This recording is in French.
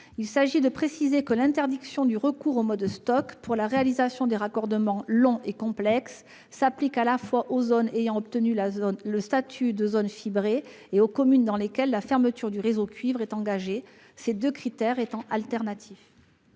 Il s'agit de préciser que l'interdiction du recours au mode Stoc pour la réalisation des raccordements longs et complexes s'applique à la fois aux zones ayant obtenu le statut de zone fibrée et aux communes dans lesquelles la fermeture du réseau cuivre est engagée, ces deux critères étant alternatifs.